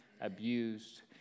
abused